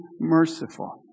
merciful